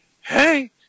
Hey